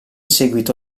seguito